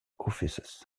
offices